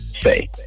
Say